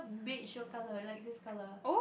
beige what color like this color